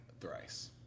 Thrice